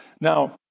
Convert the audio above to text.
Now